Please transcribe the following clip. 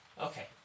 Okay